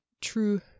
true